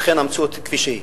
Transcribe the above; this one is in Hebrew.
ולכן המציאות היא כפי שהיא,